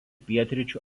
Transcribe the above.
pietryčių